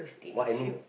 what I mean